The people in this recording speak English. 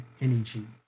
energy